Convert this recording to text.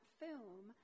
film